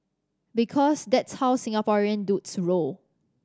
because that's how Singaporean dudes roll